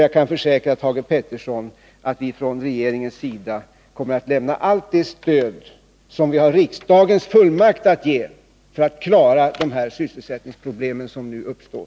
Jag kan försäkra Thage Peterson att vi från regeringens sida kommer att lämna allt det stöd som vi har riksdagens fullmakt att ge för att klara de sysselsättningsproblem som nu uppstår.